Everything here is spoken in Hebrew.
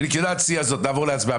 בנקודת השיא הזו נעבור להצבעה.